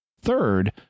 Third